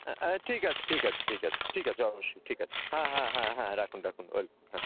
হ্যাঁ অ্যাঁ ঠিক আছে ঠিক আছে ঠিক আছে ঠিক আছে অবশ্যই ঠিক আছে হ্যাঁ হ্যাঁ হ্যাঁ হ্যাঁ রাখুন রাখুন ওয়েলকাম হ্যাঁ